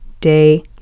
day